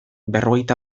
berrogeita